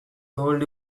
told